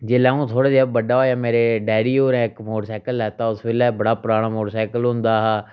जेल्लै आ'ऊं थोह्ड़ा जेआ बड्डा होएआ मेरे डैडी होरें इक मोटरसाइकल लैता उस बेल्लै बड़ा पराना मोटरसाइकल होंदा हा